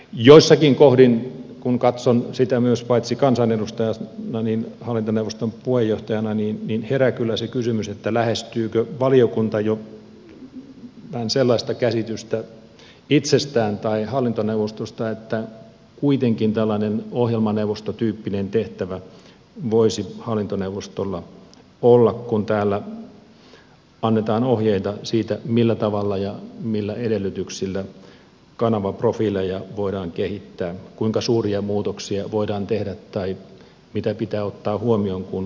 joissakin kohdin kun katson sitä paitsi kansanedustajana myös hallintoneuvoston puheenjohtajana herää kyllä se kysymys lähestyykö valiokunta jo vähän sellaista käsitystä itsestään tai hallintoneuvostosta että kuitenkin tällainen ohjelmaneuvostotyyppinen tehtävä voisi hallintoneuvostolla olla kun täällä annetaan ohjeita siitä millä tavalla ja millä edellytyksillä kanavaprofiileja voidaan kehittää kuinka suuria muutoksia voidaan tehdä tai mitä pitää ottaa huomioon kun muutoksia tehdään